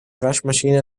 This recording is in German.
waschmaschine